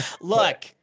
Look